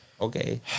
Okay